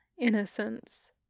innocence